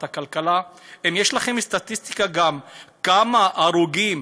הכלכלה: האם יש לכם סטטיסטיקה גם כמה הרוגים